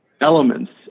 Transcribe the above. elements